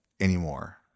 anymore